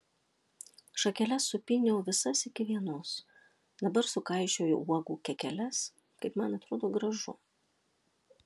šakeles supyniau visas iki vienos dabar sukaišioju uogų kekeles kaip man atrodo gražu